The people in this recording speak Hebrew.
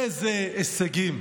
איזה הישגים.